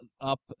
up